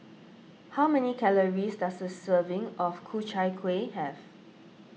how many calories does a serving of Ku Chai Kueh have